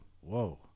Whoa